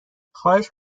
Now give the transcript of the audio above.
خواهش